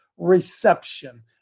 Reception